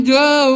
go